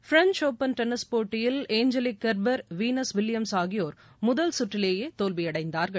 French open tennis போட்டியில் Angelique Kerber Venus Williams ஆகியோர் முதல் சுற்றிலே தோல்வியடைந்தார்கள்